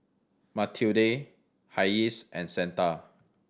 Matilde Hayes and Santa